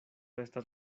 estas